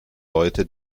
leute